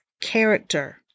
character